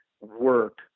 work